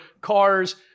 cars